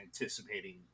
anticipating